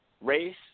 race